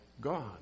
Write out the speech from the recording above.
God